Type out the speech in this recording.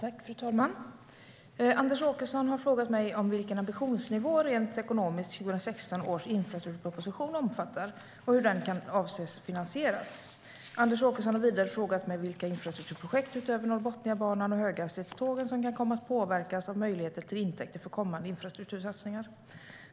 Fru talman! Anders Åkesson har frågat mig vilken ambitionsnivå, rent ekonomiskt, 2016 års infrastrukturproposition omfattar och hur den avses att finansieras. Anders Åkesson har vidare frågat mig vilka infrastrukturprojekt utöver Norrbotniabanan och höghastighetstågen som kan komma att påverkas av möjligheter till intäkter för kommande infrastruktursatsningar.